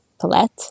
palette